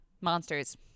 monsters